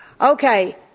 Okay